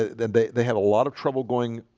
then they they had a lot of trouble going